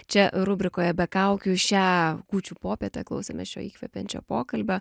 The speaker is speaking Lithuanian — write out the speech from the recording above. čia rubrikoje be kaukių šią kūčių popietę klausėmės šio įkvepiančio pokalbio